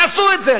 תעשו את זה,